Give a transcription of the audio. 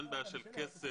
אין בעיה של כסף,